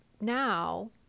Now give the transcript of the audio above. now